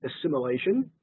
assimilation